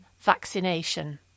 vaccination